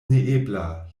neebla